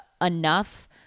enough